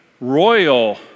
royal